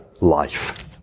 life